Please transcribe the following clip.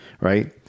Right